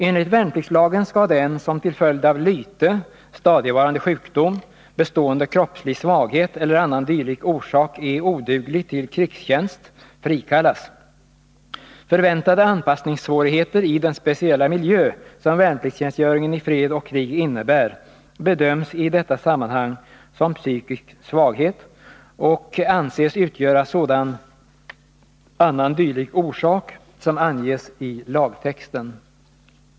Enligt värnpliktslagen skall den som till följd av lyte, stadigvarande sjukdom, bestående kroppslig svaghet eller annan dylik orsak är oduglig till krigstjänst frikallas. Förväntade anpassningssvårigheter i den speciella miljö som värnpliktstjänstgöringen i fred och krig innebär bedöms i detta sammanhang som psykisk svaghet och anses utgöra sådan ”annan dylik orsak” som anges i lagtexten.